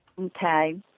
Okay